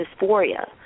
dysphoria